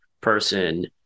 person